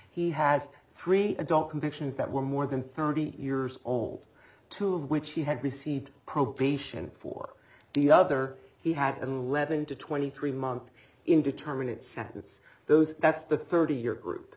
he has three adult convictions that were more than thirty years old two of which he had received probation for the other he had unleavened to twenty three month indeterminate sentence those that's the thirty year group